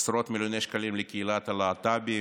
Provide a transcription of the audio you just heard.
עשרות מיליוני שקלים לקהילת הלהט"בים,